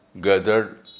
gathered